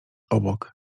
obok